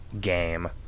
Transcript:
game